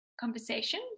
conversation